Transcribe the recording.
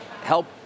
help